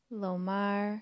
Lomar